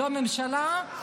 לא הממשלה,